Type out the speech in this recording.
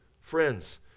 friends